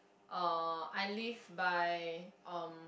uh I live by um